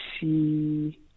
see